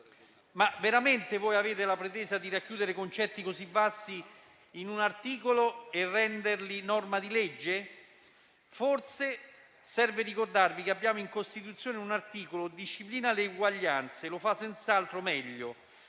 Veramente voi avete la pretesa di racchiudere concetti così vasti in un articolo e renderli norma di legge? Forse serve ricordarvi che abbiamo in Costituzione un articolo che disciplina le uguaglianze. Lo fa senz'altro meglio.